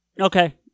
Okay